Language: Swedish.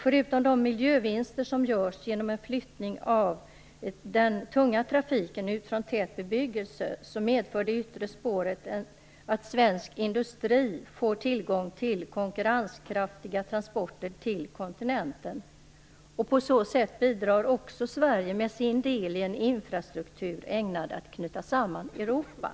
Förutom de miljövinster som görs genom en flyttning av den tunga trafiken från tät bebyggelse medför det yttre spåret att svensk industri får tillgång till konkurrenskraftiga transporter till kontinenten. På så sätt bidrar också Sverige med sin del i en infrastruktur ägnad att knyta samman Europa.